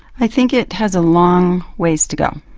i think it has a long ways to go.